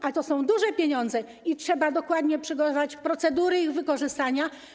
A to są duże pieniądze i trzeba dokładnie przygotować procedury ich wykorzystania.